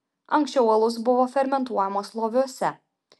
anksčiau alus buvo fermentuojamas loviuose